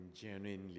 genuinely